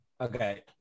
Okay